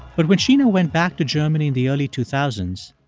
but when sheena went back to germany in the early two thousand s,